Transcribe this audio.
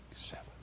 seven